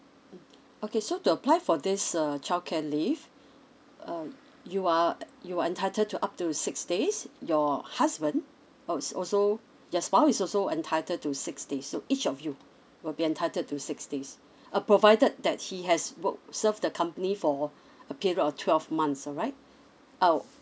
mm okay so to apply for this uh childcare leave uh you are you are entitled to up to six days your husband als~ also your spouse is also entitle to six days so each of you will be entitled to six days uh provided that he has worked serve the company for a period of twelve months all right uh